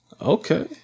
Okay